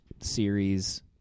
series